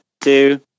two